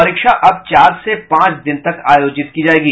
परीक्षा अब चार से पांच दिन तक आयोजित की जाएगी